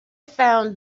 found